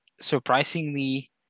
surprisingly